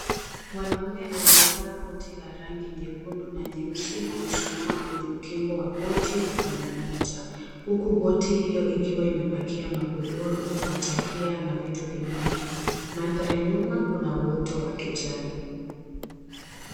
Mwanaume aliyevaa koti la rangi nyekundu na nyeusi amesimama kwenye ukingo wa boti upande mmoja, huku boti hiyo ikiwa imepakia magodoro, matakia na vitu vingine. Mandhari nyuma kuna uoto wa kijani.